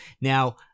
Now